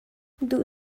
duh